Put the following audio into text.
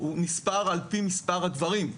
על פי מספר הגברים,